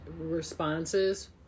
responses